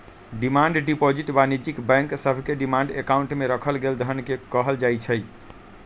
demand deposit वाणिज्यिक bank सभके demand account में राखल गेल धन के कहल जाइ छै